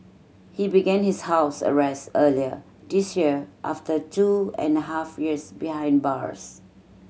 he began his house arrest earlier this year after two and a half years behind bars